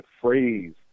phrase